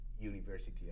university